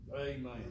Amen